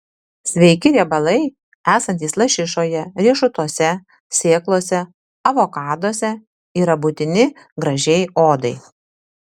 sveiki riebalai esantys lašišoje riešutuose sėklose avokaduose yra būtini gražiai odai